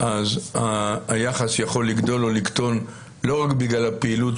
אז היחס יכול לגדול ולקטון לא רק בגלל הפעילות